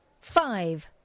Five